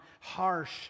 harsh